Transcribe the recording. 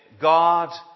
God